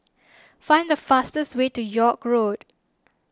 find the fastest way to York Road